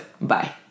bye